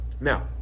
Now